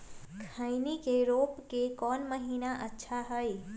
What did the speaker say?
खैनी के रोप के कौन महीना अच्छा है?